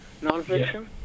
nonfiction